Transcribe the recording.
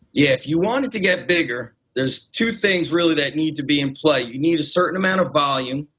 yeah if you wanted to get bigger there's two things really that need to be in play, you need a certain amount of volume,